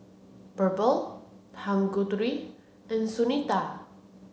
Birbal Tanguturi and Sunita